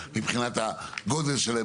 מבחינת הגודל שלהן,